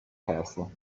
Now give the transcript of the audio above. castle